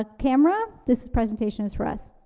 ah camera, this presentation is for us.